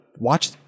watch